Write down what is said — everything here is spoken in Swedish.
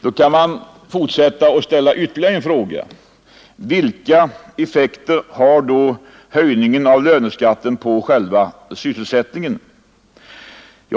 Då kan man ställa ytterligare en fråga: Vilka effekter har höjningen av löneskatten på sysselsättningen?